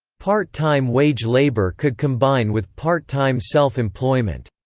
part-time wage labour could combine with part-time self-employment.